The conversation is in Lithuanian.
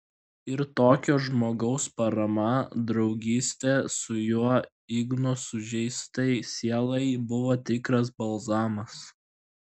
ir tokio žmogaus parama draugystė su juo igno sužeistai sielai buvo tikras balzamas